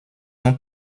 ont